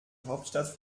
hauptstadt